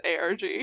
ARG